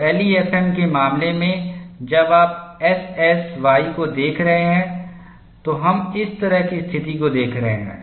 तो एलईएफएम के मामले में जब आप एसएस वाई को देख रहे हैं तो हम इस तरह की स्थिति को देख रहे हैं